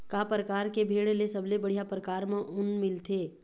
का परकार के भेड़ ले सबले बढ़िया परकार म ऊन मिलथे?